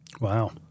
Wow